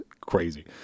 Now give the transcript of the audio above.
crazy